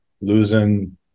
losing